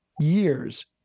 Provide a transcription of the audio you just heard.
years